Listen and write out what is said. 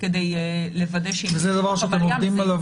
כדי לוודא שאם ייכנס איזשהו וריאנט מזהים אותנו מוקדם.